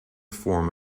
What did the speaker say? form